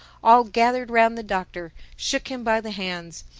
all gathered round the doctor, shook him by the hands,